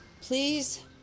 please